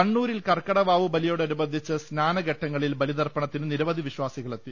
കണ്ണൂരിൽ കർക്കിടക വാവുബലിയോടനുബന്ധിച്ച സ്നാന ഘട്ടങ്ങളിൽ ബലിതർപ്പണത്തിന് നിരവധി വിശ്വാസികളെത്തി